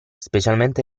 specialmente